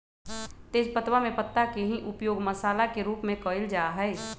तेजपत्तवा में पत्ता के ही उपयोग मसाला के रूप में कइल जा हई